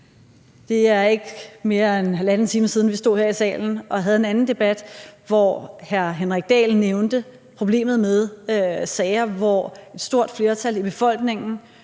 Det er ikke mere end halvanden time siden, vi stod her i salen og havde en anden debat, hvor hr. Henrik Dahl nævnte problemet med sager, hvor et stort flertal i befolkningen